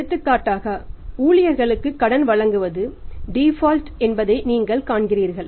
எடுத்துக்காட்டாக ஊழியர்களுக்கு கடன் வழங்குவது டிபால்ட் என்பதை நீங்கள் காண்கிறீர்கள்